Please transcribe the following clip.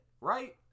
right